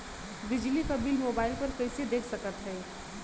बिजली क bill mobile पर कईसे देख सकत हई?